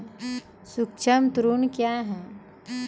सुक्ष्म ऋण क्या हैं?